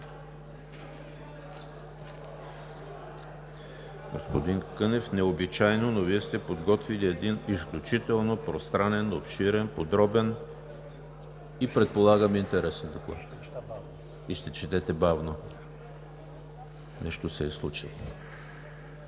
Господин Кънев, необичайно, но Вие сте подготвили един изключително пространен, обширен, подробен и предполагам интересен доклад и ще четете бавно – нещо се е случило.